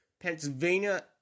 Pennsylvania